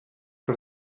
que